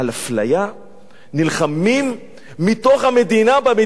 נלחמים מתוך המדינה, במדינה, באזרחיה.